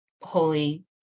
holy